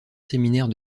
séminaire